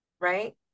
right